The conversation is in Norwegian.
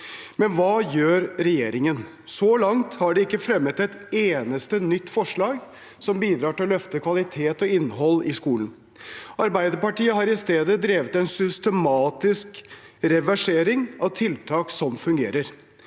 Men hva gjør regjeringen? Så langt har de ikke fremmet et eneste nytt forslag som bidrar til å løfte kvalitet og innhold i skolen. Arbeiderpartiet har i stedet drevet en systematisk reversering av tiltak som fungerer.